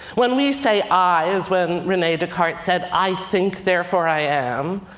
when we say i, as when rene descartes said, i think therefore i am,